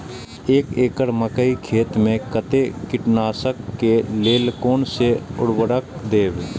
एक एकड़ मकई खेत में कते कीटनाशक के लेल कोन से उर्वरक देव?